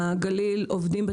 הללו.